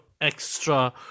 extra